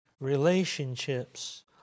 relationships